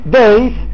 days